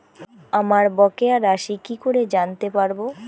আমার বকেয়া রাশি কি করে জানতে পারবো?